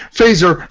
Phaser